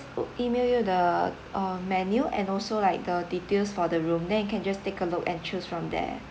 email you the um menu and also like the details for the room then you can just take a look and choose from there